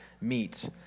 meet